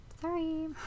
Sorry